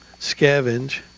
scavenge